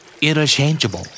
Interchangeable